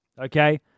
Okay